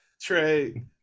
Trey